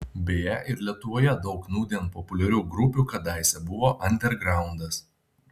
beje ir lietuvoje daug nūdien populiarių grupių kadaise buvo andergraundas